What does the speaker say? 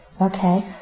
Okay